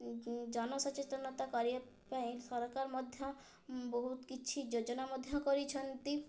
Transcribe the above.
ଜନସଚେତନତା କରିବା ପାଇଁ ସରକାର ମଧ୍ୟ ବହୁତ କିଛି ଯୋଜନା ମଧ୍ୟ କରିଛନ୍ତି